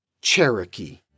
Cherokee